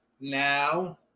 Now